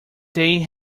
they